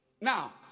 Now